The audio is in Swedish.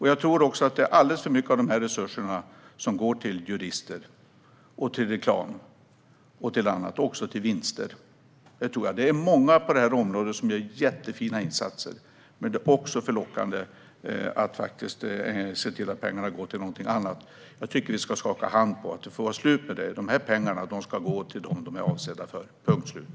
Jag tror också att alldeles för mycket av dessa resurser går till jurister, till reklam och till annat, och även till vinster. Det är många på detta område som gör jättefina insatser. Men det är faktiskt för lockande att också se till att pengarna går till någonting annat. Jag tycker att vi skaka hand på att det får vara slut med det. Dessa pengar ska gå till dem som de är avsedda för - punkt slut.